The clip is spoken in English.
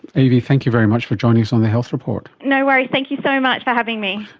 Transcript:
evie, thank you very much for joining us on the health report. no worries, thank you so much for having me.